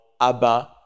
Abba